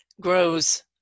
grows